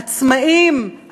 עצמאים,